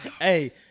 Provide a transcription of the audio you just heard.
Hey